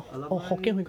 alumni